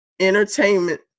Entertainment